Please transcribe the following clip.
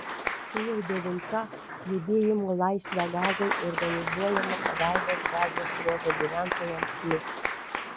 tai jau devinta judėjimo laisvę gazai organizuojama pagalbos gazos ruožo gyventojams misija